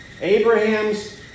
Abraham's